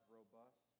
robust